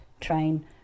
train